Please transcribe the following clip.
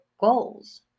goals